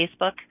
Facebook